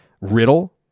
Riddle